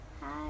Hi